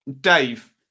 Dave